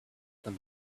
put